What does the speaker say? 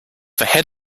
head